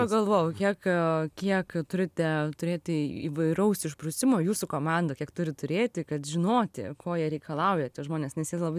pagalvojau kiek kiek turite turėti įvairaus išprusimo jūsų komanda kiek turi turėti kad žinoti ko jie reikalauja tie žmonės nes jie labai